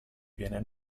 viene